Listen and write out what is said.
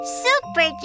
super